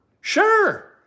Sure